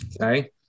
Okay